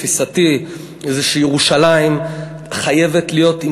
תפיסתי היא שירושלים חייבת להיות עם